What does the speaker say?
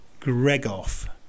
Gregoff